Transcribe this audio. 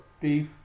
beef